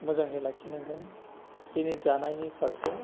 मोजाङै लाखिनांगोन बेनि जानायनि फारसे